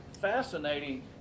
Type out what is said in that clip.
fascinating